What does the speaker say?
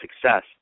success